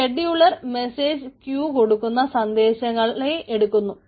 ഷെഡ്യൂളറർ message queue കൊടുക്കുന്ന സന്ദേശങ്ങളെ എടുക്കുന്നു